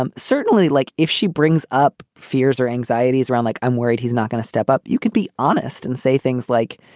um certainly. like if she brings up fears or anxieties around, like, i'm worried he's not going to step up. you could be honest and say things like,